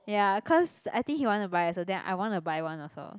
ya cause I think he want to buy also then I want to buy one also